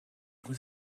uwe